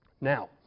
Now